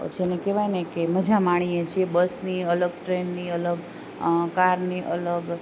જેને કેવાયને કે મઝા માણીએ છીએ બસની અલગ ટ્રેનની અલગ કારની અલગ